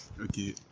Okay